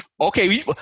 Okay